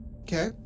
Okay